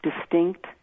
Distinct